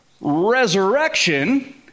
resurrection